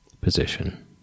position